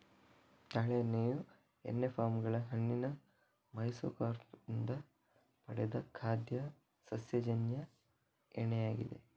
ತಾಳೆ ಎಣ್ಣೆಯು ಎಣ್ಣೆ ಪಾಮ್ ಗಳ ಹಣ್ಣಿನ ಮೆಸೊಕಾರ್ಪ್ ಇಂದ ಪಡೆದ ಖಾದ್ಯ ಸಸ್ಯಜನ್ಯ ಎಣ್ಣೆಯಾಗಿದೆ